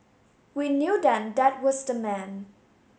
we knew then that was the man